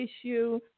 issue